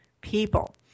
people